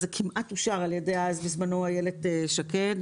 זה כמעט אושר בזמנו על ידי אילת שקד,